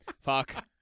Fuck